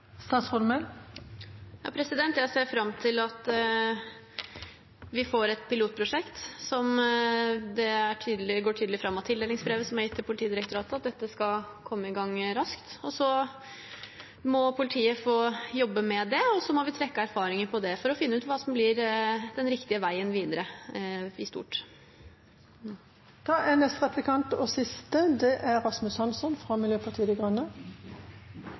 Jeg ser fram til at vi får et pilotprosjekt, og det går tydelig fram av tildelingsbrevet som er gitt til Politidirektoratet, at dette skal komme i gang raskt. Så må politiet få jobbe med det, og så må vi trekke erfaringer på det for å finne ut hva som blir den riktige veien videre, i stort. Regjeringens igangsettelse av et pilotprosjekt i Oslo er heldigvis en bekreftelse på at regjeringen ser muligheten for at dette er